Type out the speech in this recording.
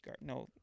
no